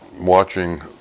watching